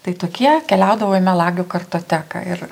tai tokie keliaudavo į melagių kartoteką ir